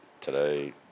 today